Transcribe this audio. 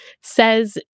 says